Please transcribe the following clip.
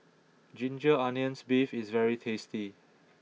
Ginger Onions Beef is very tasty